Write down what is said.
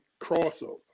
crossover